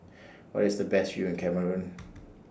Where IS The Best View in Cameroon